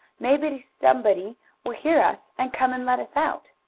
maybe somebody will hear us and come and let us out.